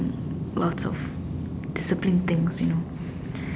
lots of discipline things you know